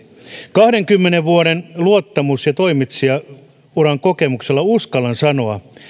kahdenkymmenen vuoden luottamusmies ja toimitsijakokemuksella uskallan sanoa